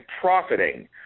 profiting